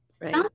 right